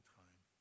time